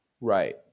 right